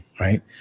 Right